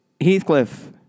Heathcliff